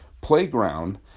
playground